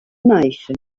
nation